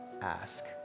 ask